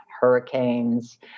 hurricanes